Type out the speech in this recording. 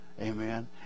Amen